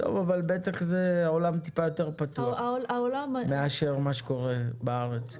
טוב אבל בטח זה העולם טיפה יותר פתוח מאשר מה שקורה בארץ.